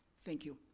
thank you.